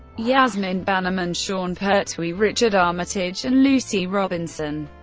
yasmin bannerman, sean pertwee, richard armitage and lucy robinson,